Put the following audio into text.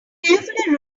carefully